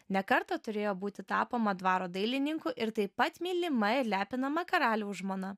ne kartą turėjo būti tapoma dvaro dailininku ir taip pat mylima ir lepinama karaliaus žmona